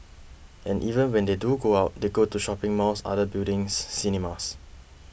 and even when they do go out they go to shopping malls other buildings cinemas